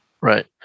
Right